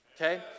Okay